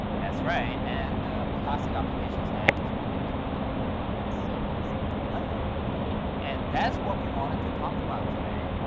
that's right, and the class c application stack is beginning to become less and less monolithic. m-hmm and that's what we wanted to talk about today,